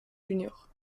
juniors